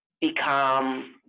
become